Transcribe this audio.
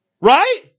Right